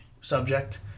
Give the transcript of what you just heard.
subject